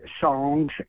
songs